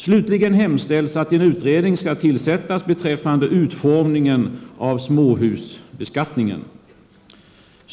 Slutligen hemställs att en utredning skall tillsättas beträffande utformningen av småhusbeskattningen.